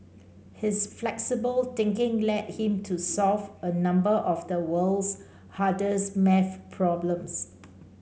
his flexible thinking led him to solve a number of the world's hardest math problems